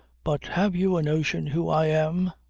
but have you a notion who i am?